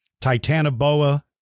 Titanoboa